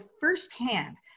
firsthand